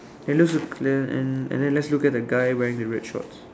and looks then and and let's look at the guy wearing the red shorts